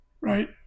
right